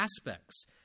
aspects